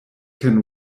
can